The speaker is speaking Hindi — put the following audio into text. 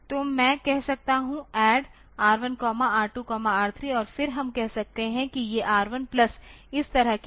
तो मैं कह सकता हूं ADD R1 R2 R3 और फिर हम कह सकते हैं कि ये R1 प्लस इस तरह की चीज हैं